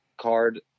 card